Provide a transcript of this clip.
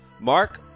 Mark